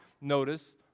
notice